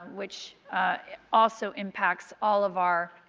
which also impacts all of our